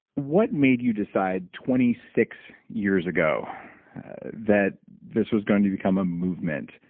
what made you decide twenty six years ago that this was going to become a movement,